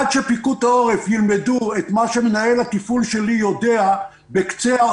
עד שאנשי פיקוד העורף ילמדו את מה שמנהל התפעול שלי יודע בקצה הציפורן